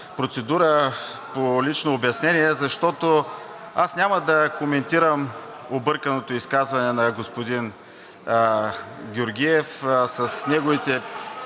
процедура за лично обяснение. Няма да коментирам обърканото изказване на господин Георгиев с неговите